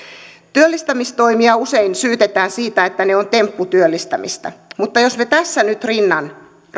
työllistämistoimia usein syytetään siitä että ne ovat tempputyöllistämistä mutta jos me tässä nyt rinnan